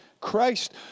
Christ